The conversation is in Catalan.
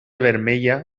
vermella